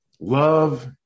Love